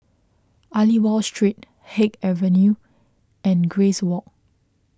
Aliwal Street Haig Avenue and Grace Walk